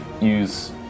use